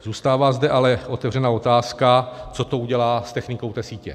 Zůstává zde ale otevřená otázka, co to udělá s technikou té sítě.